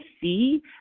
see